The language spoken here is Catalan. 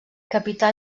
capità